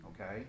okay